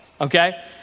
okay